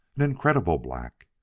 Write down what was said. an incredible black!